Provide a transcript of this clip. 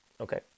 Okay